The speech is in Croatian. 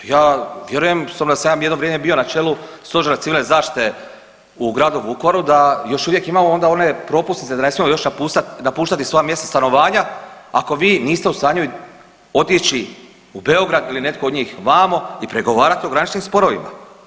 Pa ja vjerujem, s tim da sam ja jedno vrijeme bio na čelu Stožera civilne zaštite u gradu Vukovaru da još uvijek imamo onda one propusnice da ne smijemo još napuštati svoja mjesta stanovanja ako vi niste u stanju otići u Beograd ili netko od njih vamo i pregovarati o graničnim sporovima.